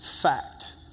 fact